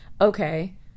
okay